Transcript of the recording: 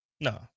No